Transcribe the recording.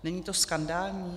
Není to skandální?